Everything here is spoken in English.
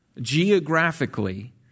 Geographically